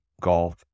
golf